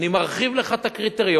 אני מרחיב לך את הקריטריונים,